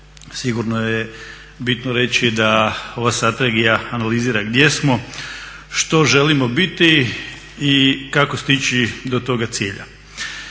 sigurno je bitno reći da ova Strategija analizira gdje smo, što želimo biti i kako stići do toga cilja.